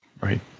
Right